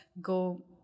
go